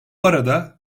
arada